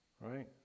Right